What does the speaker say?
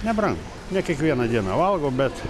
nebrangu ne kiekvieną dieną valgau bet